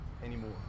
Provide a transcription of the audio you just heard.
Anymore